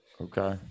Okay